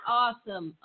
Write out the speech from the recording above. awesome